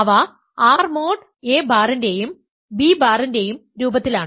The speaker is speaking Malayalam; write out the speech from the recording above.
അവ R മോഡ് a ബാറിന്റെയും b ബാറിന്റെയും രൂപത്തിലാണ്